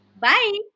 Bye